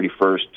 31st